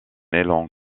élan